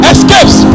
Escapes